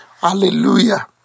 hallelujah